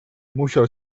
musiał